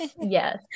yes